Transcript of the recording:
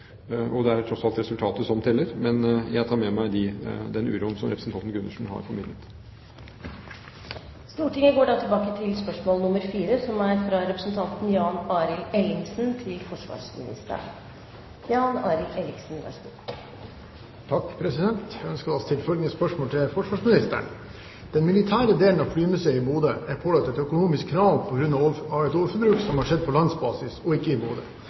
Og det er tross alt resultatet som teller. Men jeg tar med meg den uroen som representanten Gundersen har formidlet. Stortinget går da tilbake til spørsmål 4. Jeg ønsker å stille følgende spørsmål til forsvarsministeren: «Den militære delen av flymuseet i Bodø er pålagt et økonomisk krav på grunn av et overforbruk som har skjedd på landsbasis og ikke i